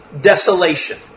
desolation